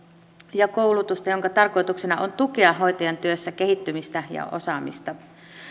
ja koulutusta jonka tarkoituksena on tukea hoitajan työssä kehittymistä ja osaamista